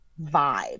vibe